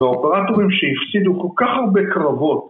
והאופרטורים שהפסידו כל כך הרבה קרבות